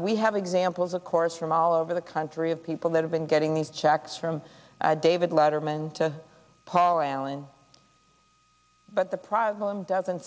we have examples of course from all over the country of people that have been getting these checks from david letterman to paul allen but the private home doesn't